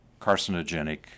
carcinogenic